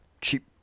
cheap